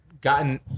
gotten